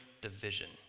division